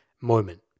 moment